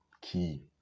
key